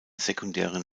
sekundären